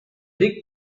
dick